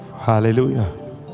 Hallelujah